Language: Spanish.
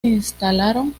instalaron